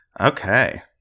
okay